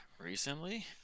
Recently